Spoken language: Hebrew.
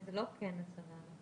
הייתה כוונה,